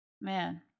Man